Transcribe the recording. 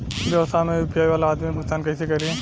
व्यवसाय में यू.पी.आई वाला आदमी भुगतान कइसे करीं?